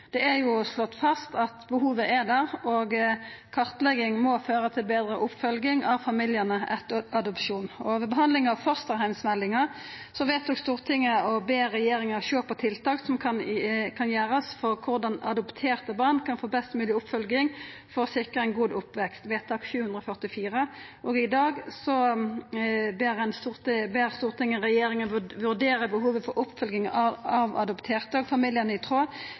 Det er jo slått fast at behovet er der, og kartlegging må føra til betre oppfølging av familiane etter adopsjon. Ved behandling av fosterheimsmeldinga vedtok Stortinget å be regjeringa sjå på tiltak som kan gjerast for at adopterte barn kan få best mogleg oppfølging og sikrast ein god oppvekst, vedtak 744, og i dag ber Stortinget regjeringa vurdera behovet for oppfølging av adopterte og familiane deira i tråd